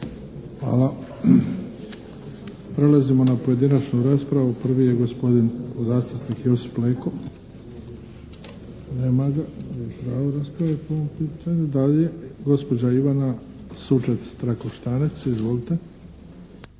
Hvala. Prelazimo na pojedinačnu raspravu. Prvi je gospodin zastupnik Josip Leko. Nema ga. Gubi pravo rasprave po ovom pitanju. Dalje, gospođa Ivana Sučec-Trakoštanec. Izvolite!